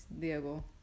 Diego